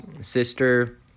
sister